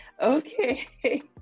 okay